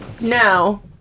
No